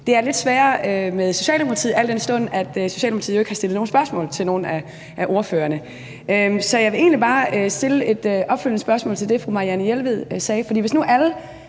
Det er lidt sværere med Socialdemokratiet, al den stund at Socialdemokratiet jo ikke har stillet nogen spørgsmål til nogen af ordførerne. Så jeg vil egentlig bare stille et opfølgende spørgsmål til det, fru Marianne Jelved sagde.